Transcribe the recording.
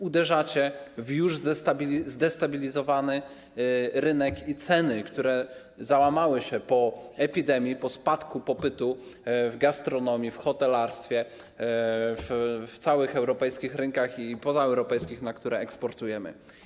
Uderzacie w już zdestabilizowany rynek i ceny, które załamały się po epidemii, po spadku popytu w gastronomii, w hotelarstwie, na całych europejskich rynkach i pozaeuropejskich, na które eksportujemy.